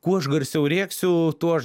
kuo aš garsiau rėksiu tuo aš